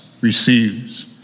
receives